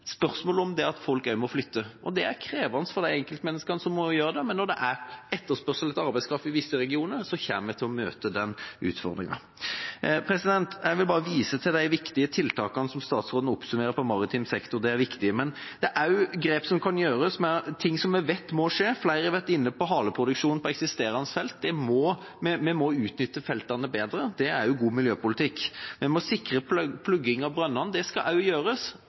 folk må flytte. Det er krevende for de enkeltmenneskene som må gjøre det, men når det er etterspørsel etter arbeidskraft i visse regioner, kommer vi til å møte på den utfordringa. Jeg vil vise til de viktige tiltakene på maritim sektor, som statsråden oppsummerte med – de er viktige. Men det er også grep som kan gjøres med ting som vi vet må skje. Flere har vært inne på haleproduksjon på eksisterende felt. Vi må utnytte feltene bedre. Det er også god miljøpolitikk. Vi må sikre plugging av brønnene, det skal gjøres,